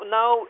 now